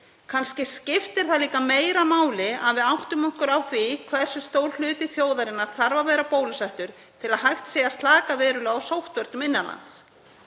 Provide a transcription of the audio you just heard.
Kannski skiptir það líka meira máli að við áttum okkur á því hversu stór hluti þjóðarinnar þarf að vera bólusettur til að hægt sé að slaka verulega á sóttvörnum innan lands